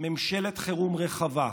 ממשלת חירום רחבה.